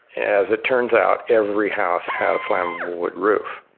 as it turns out every house had a flammable wood roof.